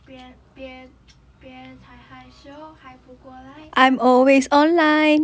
别别别太害羞还不过来 I'm always